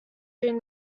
during